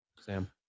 Sam